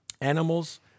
Animals